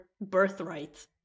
birthright